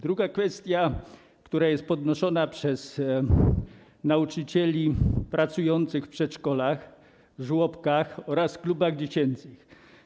Druga kwestia to sprawa, która jest podnoszona przez nauczycieli pracujących w przedszkolach, żłobkach oraz klubach dziecięcych.